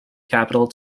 capital